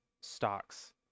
stocks